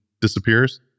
disappears